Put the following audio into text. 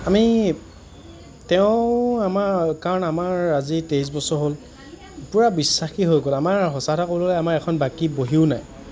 আমি তেওঁৰ আমাৰ কাৰণ আমাৰ আজি তেইছ বছৰ হ'ল পুৰা বিশ্বাসী হৈ গ'ল আমাৰ সঁচা কথা ক'বলৈ গ'লে আমাৰ এখন বাকী বহীও নাই